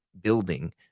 building